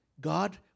God